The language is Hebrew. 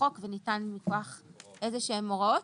בחוק וזה ניתן מכוח איזה שהן הוראות.